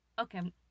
Okay